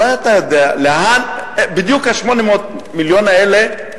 אולי אתה יודע לאן בדיוק 800 המיליון האלה,